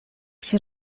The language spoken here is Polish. się